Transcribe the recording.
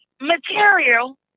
material